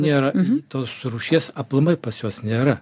nėra tos rūšies aplamai pas juos nėra